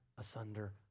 asunder